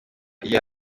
iyo